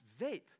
vape